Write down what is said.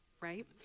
right